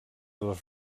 les